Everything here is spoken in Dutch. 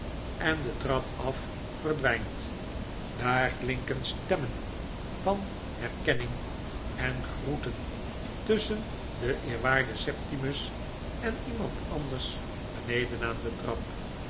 en de trap af verdwijnt aar klinken stemmen van herkenning en groiten tusschen den eerwaarden septimus en iemand anders beneden aan de trap